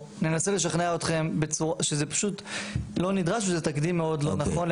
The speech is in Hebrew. ננסה לשכנע אתכם שזה פשוט לא נדרש וזה תקדים מאוד לא נכון,